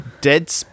Dead